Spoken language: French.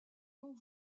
non